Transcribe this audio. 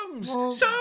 Songs